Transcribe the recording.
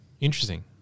Interesting